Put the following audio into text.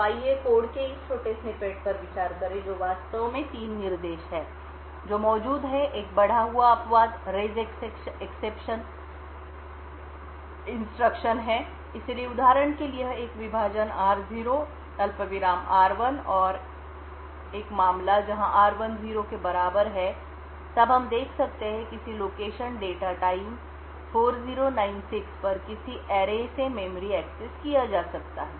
तो आइए कोड के इस छोटे स्निपेट पर विचार करें जो वास्तव में 3 निर्देश हैं जो मौजूद हैं एक बढ़ा हुआ अपवाद raise exception रेज एक्सेप्शननिर्देश है इसलिए उदाहरण के लिए यह एक विभाजन r0 अल्पविराम r1 और मामला जहां r1 0 के बराबर है तब हम देख सकते हैं किसी लोकेशन डेटा टाइम 4096 पर किसी एरे सरणी से मेमोरी एक्सेस किया जा सकता है